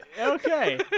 Okay